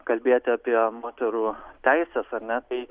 kalbėti apie moterų teises ar ne tai